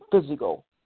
physical